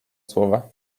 słowa